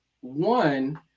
one